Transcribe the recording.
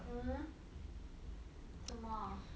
嗯什么